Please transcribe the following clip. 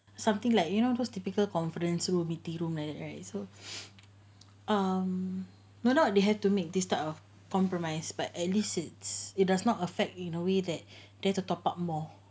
something like you know those typical conference room meeting room right so um no not they had to make this type of compromise but at least its it does not affect in a way that they have to top up more